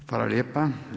Hvala lijepa.